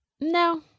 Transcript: no